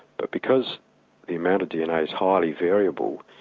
but because the amount of dna is highly variable,